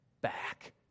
back